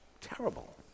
terrible